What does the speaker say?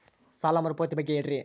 ಸಾಲ ಮರುಪಾವತಿ ಬಗ್ಗೆ ಹೇಳ್ರಿ?